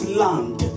land